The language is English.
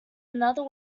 another